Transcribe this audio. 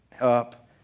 up